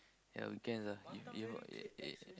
ya weekends ah if if if